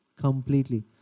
Completely